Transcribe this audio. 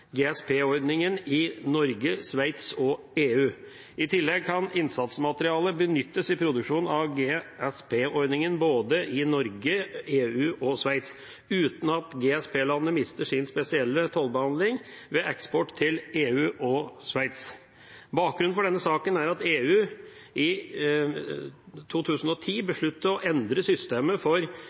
GSP-ordningen i Norge, Sveits og EU. I GSP-ordningen kan i tillegg innsatsmaterialer benyttes i produksjonen i både Norge, EU og Sveits, uten at GSP-landene mister sin spesielle tollbehandling ved eksport til EU og Sveits. Bakgrunnen for denne saken er at EU i 2010 besluttet å endre systemet for